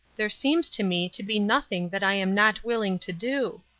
there seems to me to be nothing that i am not willing to do.